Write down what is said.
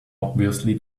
obviously